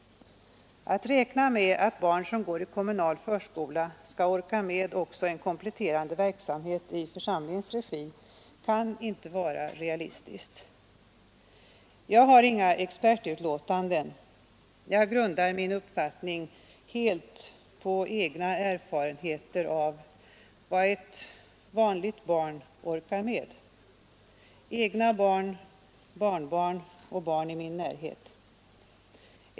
Att räkna med att barn som går i kommunal förskola skall orka med också en kompletterande verksamhet i församlingens regi kan inte vara realistiskt. Jag har inga expertutlåtanden utan grundar min uppfattning helt på egna erfarenheter av vad ett vanligt barn orkar med — egna barn, barnbarn och barn i min närhet.